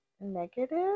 negative